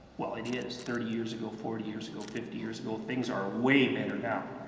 well it is, thirty years ago, forty years ago, fifty years ago. things are way better now,